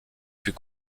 fut